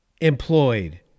employed